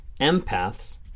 empath's